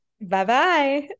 Bye-bye